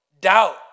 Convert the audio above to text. Doubt